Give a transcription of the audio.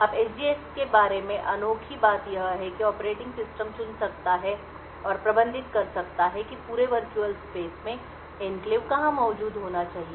अब SGX के बारे में अनोखी बात यह है कि ऑपरेटिंग सिस्टम चुन सकता है और प्रबंधित कर सकता है कि पूरे वर्चुअल स्पेस में एन्क्लेव कहाँ मौजूद होना चाहिए